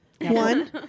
One